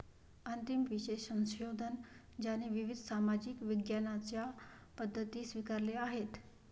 अंतिम विषय संशोधन ज्याने विविध सामाजिक विज्ञानांच्या पद्धती स्वीकारल्या आहेत